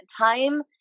time